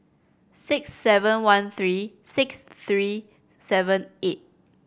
six seven one three six three seven eight